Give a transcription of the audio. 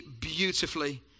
beautifully